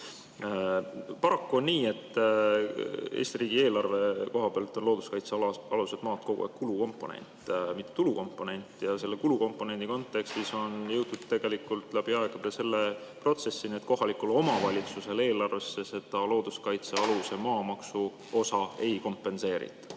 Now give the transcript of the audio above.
Paraku on nii, et Eesti riigieelarve koha pealt on looduskaitsealused maad kogu aeg kulukomponent, mitte tulukomponent. Ja selle kulukomponendi kontekstis on jõutud aegade jooksul selleni, et kohaliku omavalitsuse eelarvesse seda looduskaitsealuse maa maamaksuosa ei kompenseerita.